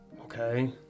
Okay